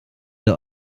der